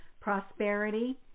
Prosperity